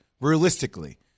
realistically